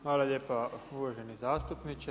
Hvala lijepa uvaženi zastupniče.